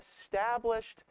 established